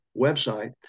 website